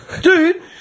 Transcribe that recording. Dude